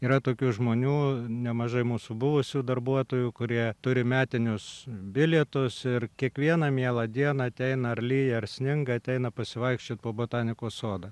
yra tokių žmonių nemažai mūsų buvusių darbuotojų kurie turi metinius bilietus ir kiekvieną mielą dieną ateina ar lyja ar sninga ateina pasivaikščiot po botanikos sodą